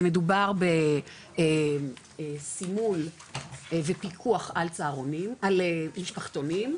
מדובר בסימול ופיקוח על משפחתונים,